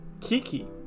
Kiki